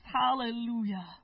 Hallelujah